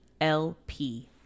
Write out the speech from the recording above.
lp